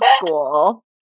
school